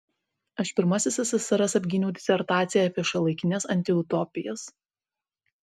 aš pirmasis ssrs apgyniau disertaciją apie šiuolaikines antiutopijas